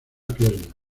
pierna